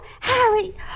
Harry